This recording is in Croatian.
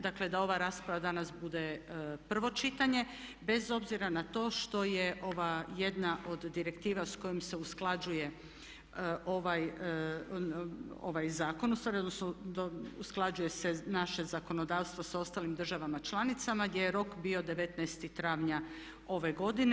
Dakle, da ova rasprava danas bude prvo čitanje bez obzira na to što je ova jedna od direktiva s kojom se usklađuje ovaj zakon, odnosno usklađuje se naše zakonodavstvo sa ostalim državama članicama gdje je rok bio 19. travnja ove godine.